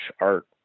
art